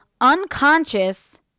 unconscious